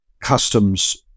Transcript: customs